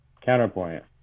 Counterpoint